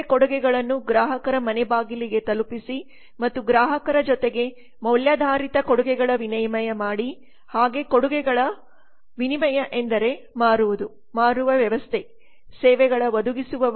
ಕೊಡುಗೆಗಳನ್ನು ಗ್ರಾಹಕರ ಮನೆ ಬಾಗಿಲಿಗೆ ತಲುಪಿಸಿ ಮತ್ತು ಗ್ರಾಹಕರ ಜೊತೆಗೆ ಮೌಲ್ಯಾಧಾರಿತ ಕೊಡುಗೆಗಳ ವಿನಿಮಯ ಮಾಡಿ ಹಾಗೇ ಕೊಡುಗುಗೆಗಳ ವಿನಿಮಯ ಎಂದರೆ ಮಾರುವುದು ಮಾರುವ ವ್ಯವಸ್ಥೆ ಸೇವೆಗಳ ಒದಗಿಸುವವ